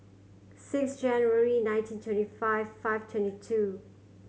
six January nineteen twenty five five twenty two